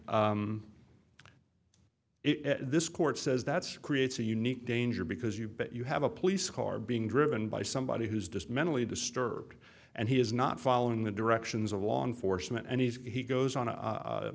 if this court says that's creates a unique danger because you bet you have a police car being driven by somebody who's just mentally disturbed and he is not following the directions of law enforcement and he goes